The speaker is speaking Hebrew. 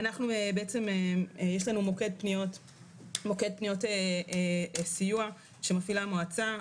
יש לנו מוקד פניות סיוע שמפעילה המועצה,